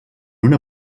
una